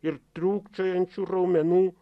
ir trūkčiojančių raumenų